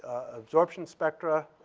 absorption spectra